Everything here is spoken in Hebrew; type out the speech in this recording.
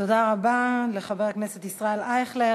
תודה רבה לחבר הכנסת ישראל אייכלר.